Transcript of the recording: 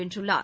வென்றுள்ளார்